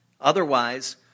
Otherwise